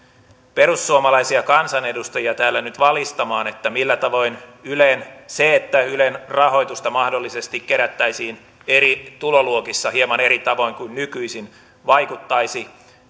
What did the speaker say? perussuomalaisia kansanedustajia täällä nyt valistamaan millä tavoin se että ylen rahoitusta mahdollisesti kerättäisiin eri tuloluokissa hieman eri tavoin kuin nykyisin vaikuttaisi